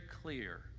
clear